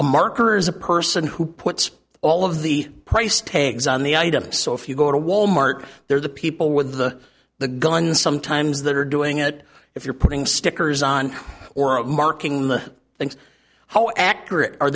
a marker is a person who puts all of the price tags on the items so if you go to wal mart they're the people with the the gun sometimes that are doing it if you're putting stickers on or a marking the things how accurate are